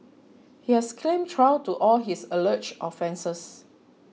he has claimed trial to all his alleged offences